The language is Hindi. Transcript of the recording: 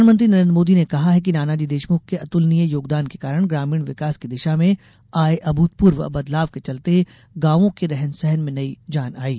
प्रधानमंत्री नरेन्द्र मोदी ने कहा है कि नानाजी देशमुख के अतुलनीय योगदान के कारण ग्रामीण विकास की दिशा में आये अभूतपूर्व बदलाव के चलते गांवों के रहन सहन में नयी जान आयी